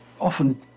often